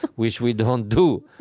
which we don't do.